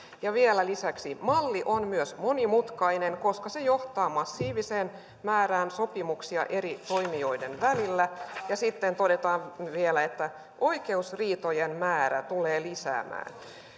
ja vielä lisäksi malli on myös monimutkainen koska se johtaa massiiviseen määrään sopimuksia eri toimijoiden välillä ja sitten todetaan vielä että oikeusriitojen määrää tulee lisäämään